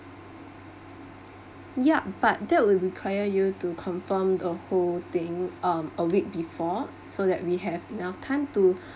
yup but that will require you to confirmed the whole thing um a week before so that we have enough time to